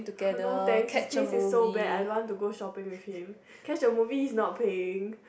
no thanks his taste is so bad I don't want to go shopping with him catch a movie he's not paying